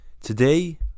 Today